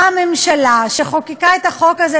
באה הממשלה שחוקקה את החוק הזה,